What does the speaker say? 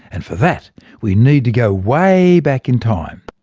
and for that we need to go way back in time.